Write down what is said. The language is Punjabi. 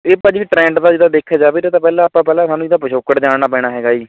ਇਹ ਭਾਅ ਜੀ ਵੀ ਟ੍ਰੈਡ ਤਾਂ ਜਿੱਦਾਂ ਦੇਖਿਆ ਜਾਵੇ ਇਹਦਾ ਤਾਂ ਪਹਿਲਾਂ ਆਪਾਂ ਪਹਿਲਾਂ ਸਾਨੂੰ ਇਹਦਾ ਪਿਛੋਕੜ ਜਾਣਨਾ ਪੈਣਾ ਹੈਗਾ ਹੈ ਜੀ